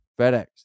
FedEx